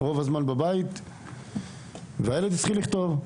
רוב הזמן נשאר בבית והילד התחיל לכתוב.